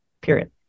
period